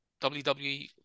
WWE